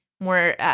more